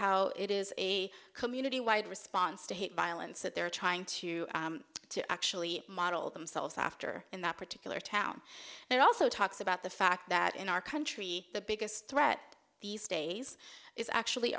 how it is a community wide response to hate violence that they're trying to to actually model themselves after in that particular town and it also talks about the fact that in our country the biggest threat these days is actually